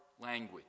language